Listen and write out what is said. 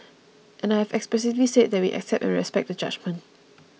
and I have expressively said that we accept and respect the judgement